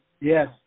Yes